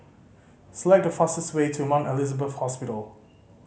select the fastest way to Mount Elizabeth Hospital